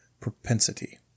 propensity